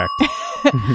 Correct